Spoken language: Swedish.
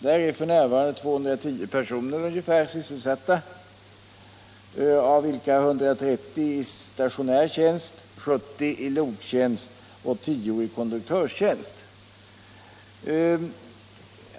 Där är f.n. ungefär 210 personer sysselsatta, av vilka 130 i stationär tjänst, 70 i loktjänst och 10 i konduktörtjänst.